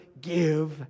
give